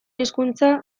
hezkuntza